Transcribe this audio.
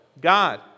God